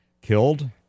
killed